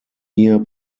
year